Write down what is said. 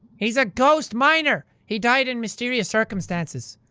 he's a ghost miner! he died in mysterious circumstances!